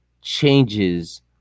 changes